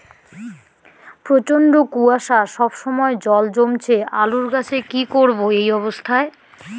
প্রচন্ড কুয়াশা সবসময় জল জমছে আলুর গাছে কি করব এই অবস্থায়?